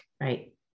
Right